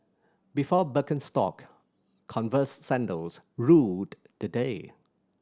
before Birkenstock Converse sandals ruled the day